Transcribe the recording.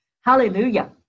Hallelujah